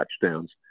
touchdowns